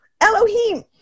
Elohim